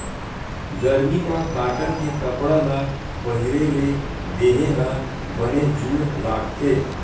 गरमी म कॉटन के कपड़ा ल पहिरे ले देहे ह बने जूड़ लागथे